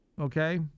Okay